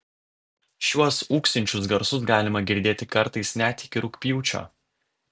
šiuos ūksinčius garsus galima girdėti kartais net iki rugpjūčio